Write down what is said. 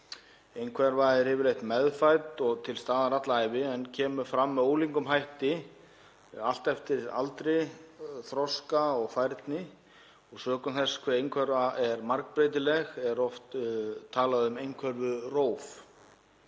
Einhverfa er yfirleitt meðfædd og er til staðar alla ævi en kemur fram með ólíkum hætti eftir aldri, þroska og færni. Sökum þess hve einhverfa er margbreytileg er oft talað um einhverfuróf.